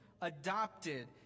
adopted